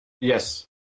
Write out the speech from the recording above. yes